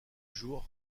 jours